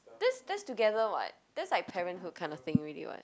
that's that's together [what] that's like parenthood kind of thing already [what]